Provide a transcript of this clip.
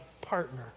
partner